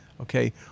okay